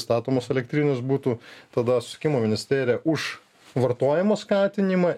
statomos elektrinės būtų tada susisiekimo ministerija už vartojimo skatinimą